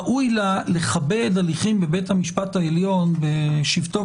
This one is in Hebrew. ראוי לה לכבד הליכים בבית המשפט העליון בשבתו